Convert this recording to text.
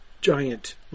giant